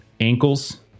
ankles